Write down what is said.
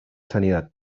sanidad